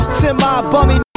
semi-bummy